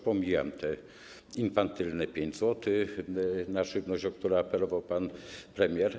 Pomijam te infantylne 5 zł na żywność, o które apelował pan premier.